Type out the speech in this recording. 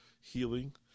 healing